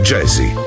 Jazzy